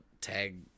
tag